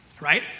Right